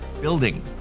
building